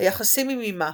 היחסים עם אימה